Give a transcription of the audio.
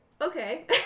okay